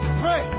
pray